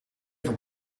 van